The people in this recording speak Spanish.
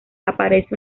aparece